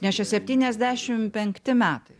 nes čia septyniasdešimt penkti metai